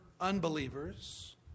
unbelievers